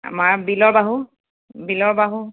আমাৰ বিলৰ বাহু বিলৰ বাহু